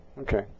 Okay